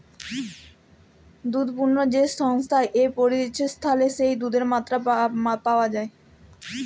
দুধ পণ্য যে সংস্থায় বা প্রতিষ্ঠালে যেই দুধের মাত্রা পাওয়া যাই